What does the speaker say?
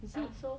is it